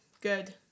Good